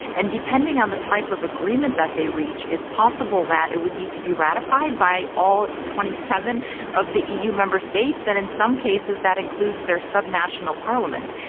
and depending on the type of agreement that they reach it's possible that it would need to be ratified by all twenty seven of the e u. member states, and in some cases that includes their sub-national parliaments.